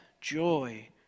joy